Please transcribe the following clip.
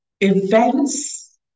events